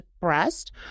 breast